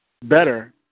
better